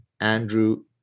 Andrew